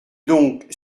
donc